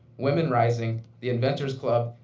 women rising, the inventors club,